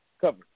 cover